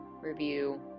review